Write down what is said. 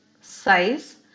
size